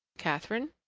catherine?